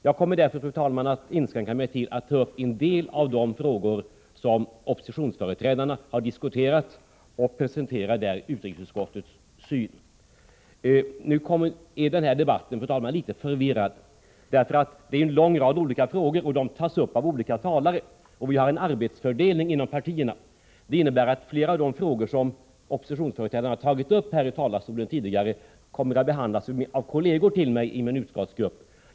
Jag kommer därför, fru talman, att inskränka mig till att ta upp en del av de frågor som oppositionsföreträdarna har varit inne på, och jag presenterar där utrikesutskottets syn. Nu är den här debatten, fru talman, litet förvirrad, därför att den gäller en lång rad olika frågor och de tas upp av olika talare. Vi har en arbetsfördelning inom partierna, så att flera av de frågor som oppositionsföreträdarna tidigare tagit upp här i talarstolen kommer att behandlas av kolleger till mig i min utskottsgrupp.